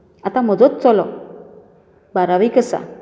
आता म्हजोच चलो बारावेक आसा